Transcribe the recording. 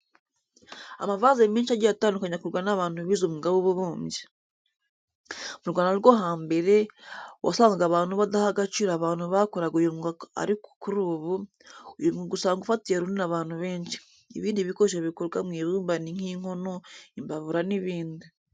Amavaze menshi agiye atandukanye akorwa n'abantu bize umwuga w'ububumbyi. Mu Rwanda rwo hambere wasangaga abantu badaha agaciro abantu bakoraga uyu mwuga ariko kuri ubu, uyu mwuga usanga ufatiye runini abantu benshi. Ibindi bikoresho bikorwa mu ibumba ni nk'inkono, imbabura n'ibindi.